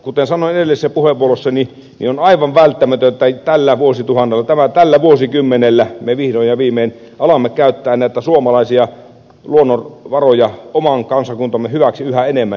kuten sanoin edellisessä puheenvuorossani on aivan välttämätöntä että tällä vuosikymmenellä me vihdoin ja viimein alamme käyttää näitä suomalaisia luonnonvaroja oman kansakuntamme hyväksi yhä enemmän